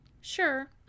Sure